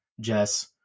Jess